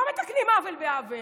לא מתקנים עוול בעוול,